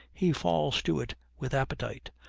he falls to it with appetite.